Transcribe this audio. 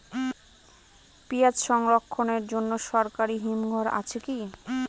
পিয়াজ সংরক্ষণের জন্য সরকারি হিমঘর আছে কি?